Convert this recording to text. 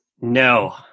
No